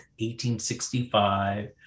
1865